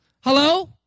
Hello